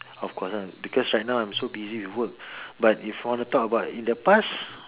of course lah because right now I'm so busy with work but if you wanna talk about in the past